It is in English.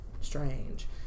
strange